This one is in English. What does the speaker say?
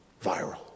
viral